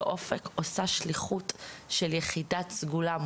אופק עושה שליחות של יחידת סגולה.